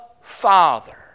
Father